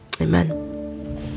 Amen